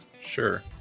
Sure